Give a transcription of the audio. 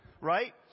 right